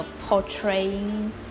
portraying